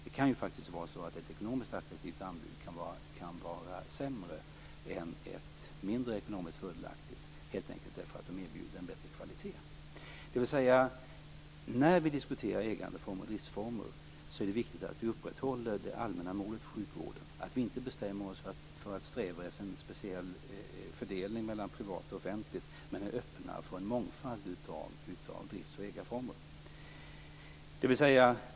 Det kan ju faktiskt vara så att ett ekonomiskt attraktivt anbud kan vara sämre än ett ekonomiskt mindre fördelaktigt, helt enkelt därför att man erbjuder en bättre kvalitet. När vi diskuterar ägandeformer och driftsformer är det alltså viktigt att vi upprätthåller det allmänna målet i sjukvården och att vi inte bestämmer oss för att sträva efter en speciell fördelning mellan privat och offentligt men är öppna för en mångfald av driftsoch ägandeformer.